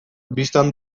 bistan